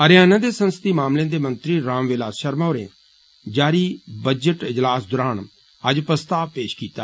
हरियाणा दे संसदीय मामलें दे मंत्री राम बिलास षर्मा होरें जारी बजट अजलास दौरान अज्ज प्रस्ताव पेष कीता